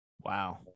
Wow